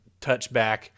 touchback